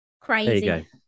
crazy